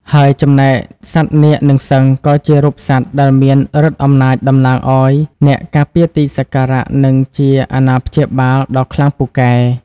ហើយចំណេកសត្វនាគនិងសិង្ហ ក៏ជារូបសត្វដែលមានឫទ្ធិអំណាច តំណាងឱ្យអ្នកការពារទីសក្ការៈ និងជាអាណាព្យាបាលដ៏ខ្លាំងពូកែ។